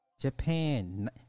Japan